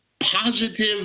positive